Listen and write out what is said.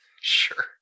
Sure